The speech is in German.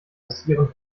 passieren